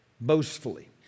boastfully